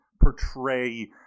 portray